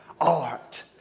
art